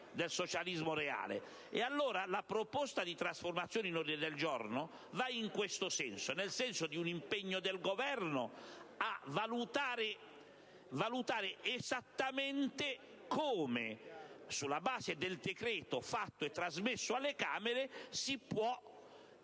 Allora, la proposta di trasformazione in ordine del giorno va in questo senso, cioè quello di impegnare il Governo a considerare esattamente come, sulla base del decreto fatto e trasmesso alle Camere, si possa